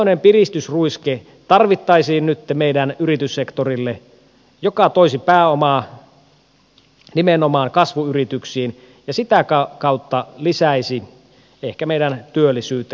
meidän yrityssektorille tarvittaisiin nyt tämmöinen piristysruiske joka toisi pääomaa nimenomaan kasvuyrityksiin ja sitä kautta lisäisi ehkä meidän työllisyyttäkin merkittävästi